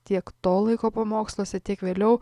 tiek to laiko pamoksluose tik vėliau